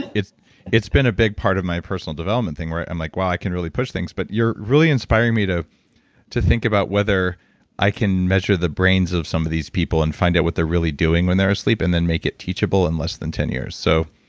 it's it's been a big part of my personal development thing where i'm like, wow, i can really push things. but you're really inspiring me to to think about whether i can measure the brains of some of these people and find out what they're really doing when they're asleep, and then make it teachable in less than ten years. so,